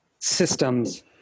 systems